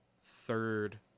third